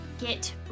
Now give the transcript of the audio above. get